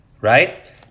right